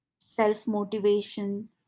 Self-motivation